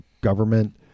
government